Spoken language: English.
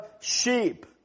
sheep